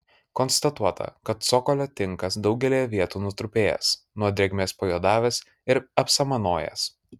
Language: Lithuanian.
konstatuota kad cokolio tinkas daugelyje vietų nutrupėjęs nuo drėgmės pajuodavęs ir apsamanojęs